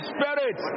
Spirit